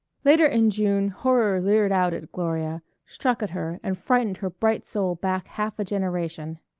later in june horror leered out at gloria, struck at her and frightened her bright soul back half a generation.